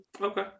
Okay